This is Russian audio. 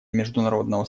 международного